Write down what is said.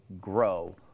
grow